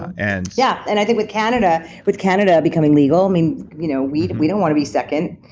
and yeah, and i think with canada with canada becoming legal, i mean you know we we don't wanna be second.